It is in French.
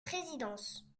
présidence